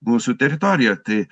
mūsų teritoriją tai